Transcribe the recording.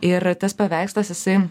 ir tas paveikslas jisai